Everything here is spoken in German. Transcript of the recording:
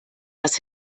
was